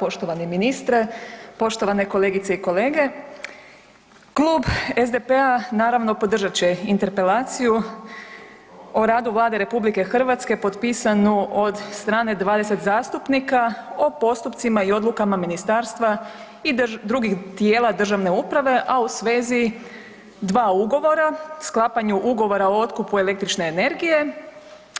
Poštovani ministre, poštovane kolegice i kolege, Klub SDP-a naravno podržat će interpelaciju o radu Vlade RH potpisanu od strane 20 zastupnika o postupcima i odlukama ministarstva i drugih tijela državne uprave, a u svezi dva ugovora sklapanju ugovora o otkupu električne energije